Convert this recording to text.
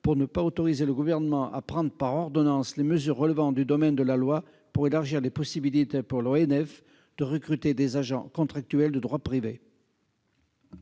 à ne pas autoriser le Gouvernement à prendre par ordonnances les mesures relevant du domaine de la loi afin d'élargir les possibilités, pour l'ONF, de recruter des agents contractuels de droit privé.